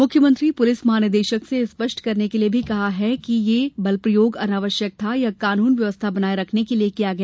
मुख्यमंत्री ने पुलिस महानिदेशक से यह स्पष्ट करने के लिए भी कहा है कि यह बलप्रयोग अनावश्यक था या कानून व्यवस्था बनाए रखने के लिए किया गया